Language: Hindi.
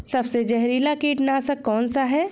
सबसे जहरीला कीटनाशक कौन सा है?